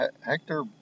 Hector